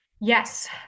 Yes